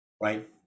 right